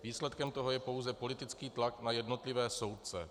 Výsledkem toho je pouze politický tlak na jednotlivé soudce.